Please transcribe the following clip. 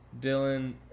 Dylan